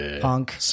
punk